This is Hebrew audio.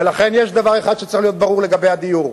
ולכן יש דבר אחד שצריך להיות לגבי הדיור.